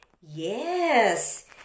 Yes